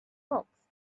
hawks